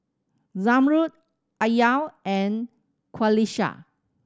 Zamrud Alya and Qalisha